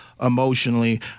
emotionally